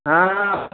हँ